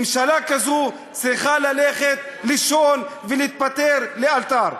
ממשלה כזו צריכה ללכת לישון ולהתפטר לאלתר.